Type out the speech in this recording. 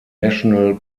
national